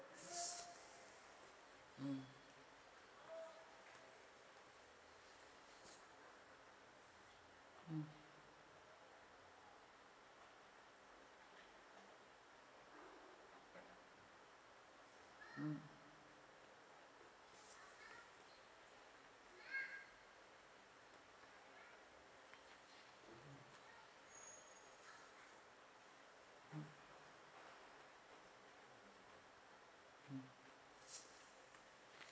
mm mm mm mm mm